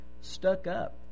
stuck-up